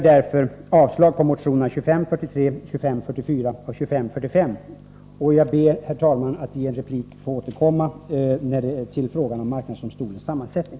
Jag yrkar avslag på motionerna 2543, 2544 och 2545. Jag ber att i en replik få återkomma till frågan om marknadsdomstolens sammansättning.